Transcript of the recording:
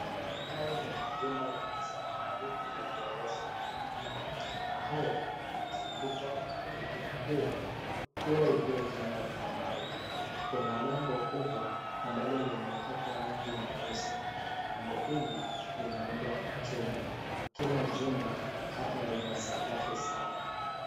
Haya ni majumba ya kifahari ya gorofa. Majumba haya yamezungukwa kwa kutumia ua, ua iliyojengwa kwa mawe. Kuna lango kubwa ambalo limepakwa rangi nyeusi. Lango hili limeundwa kwa chuma. Kila jumba hapa lina sakafu saba.